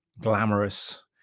glamorous